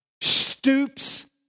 stoops